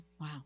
Wow